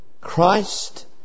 Christ